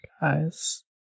guys